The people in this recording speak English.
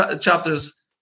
chapters